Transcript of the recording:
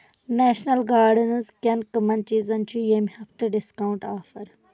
National gardens کٮ۪ن کمَن چیٖزن چھ یمہِ ہفتہٕ ڈسکاونٛٹ آفر ؟